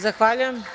Zahvaljujem.